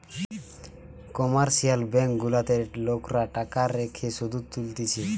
commercial bank গুলাতে লোকরা টাকা রেখে শুধ তুলতিছে